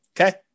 Okay